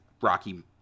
Rocky